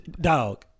dog